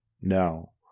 no